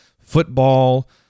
football